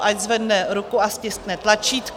Ať zvedne ruku a stiskne tlačítko.